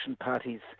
parties